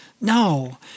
No